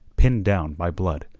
pinned down by blood,